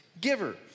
giver